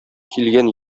килгән